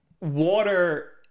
water